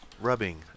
rubbing